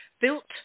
built